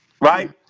right